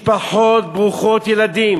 משפחות ברוכות ילדים